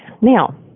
Now